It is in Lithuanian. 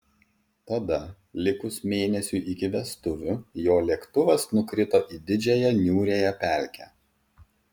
tada likus mėnesiui iki vestuvių jo lėktuvas nukrito į didžiąją niūriąją pelkę